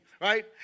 right